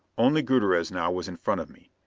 only gutierrez now was in front of me.